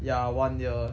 ya one year